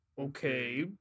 Okay